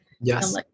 Yes